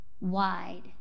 wide